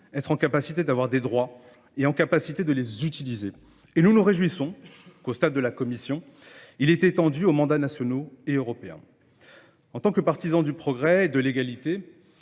être en capacité d'avoir des droits et en capacité de les utiliser. Et nous nous réjouissons qu'au stade de la Commission, il est étendu aux mandats nationaux et européens. En tant que partisans du progrès et de l'égalité,